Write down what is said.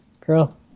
girl